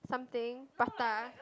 something prata